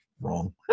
Wrong